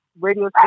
radio